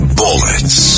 bullets